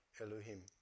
Elohim